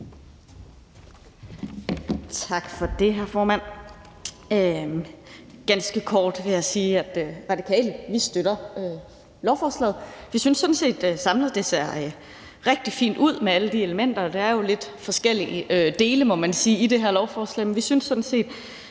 Tak for det, hr. formand. Ganske kort vil jeg sige, at vi i Radikale støtter lovforslaget. Vi synes sådan set, at det samlet set ser rigtig fint ud med alle de elementer, der er. Der er jo lidt forskellige dele, må man sige, i det her lovforslag,